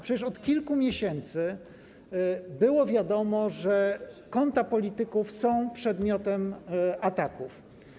Przecież od kilku miesięcy było wiadomo, że konta polityków są przedmiotem ataków.